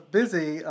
busy